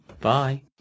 Bye